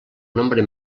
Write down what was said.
nombre